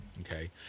Okay